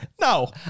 No